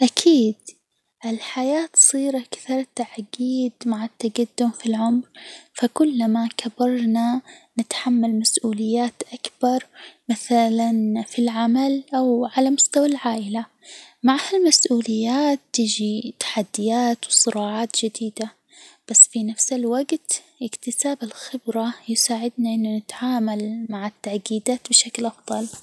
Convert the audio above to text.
أكيد، الحياة تصير أكثر تعجيد مع التجدم في العمر، فكلما كبرنا نتحمل مسؤوليات أكبر، مثلًا في العمل، أو على مستوى العائلة، ومع هالمسؤوليات تيجي تحديات، وصراعات جديدة، بس في نفس الوجت إكتساب الخبرة يساعدنا إنه نتعامل مع التعقيدات بشكل أفضل.